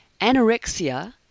Anorexia